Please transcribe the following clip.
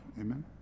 Amen